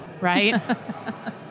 right